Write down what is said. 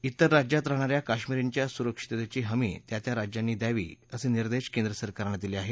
इतर राज्यांत राहणा या कश्मीरींच्या सुरक्षिततेची हमी त्या त्या राज्यांनी द्यावी असे निर्देश केंद्र सरकारनं दिले आहेत